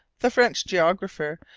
the french geographer,